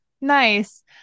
nice